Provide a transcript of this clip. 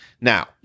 Now